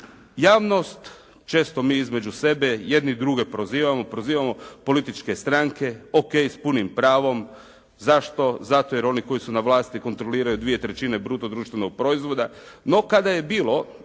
Javnost često mi između sebe jedni druge prozivamo, prozivamo političke stranke, o.k. s punim pravom. Zašto? Zato jer oni koji su na vlasti kontroliraju dvije trećine bruto društvenog proizvoda. No kada je bilo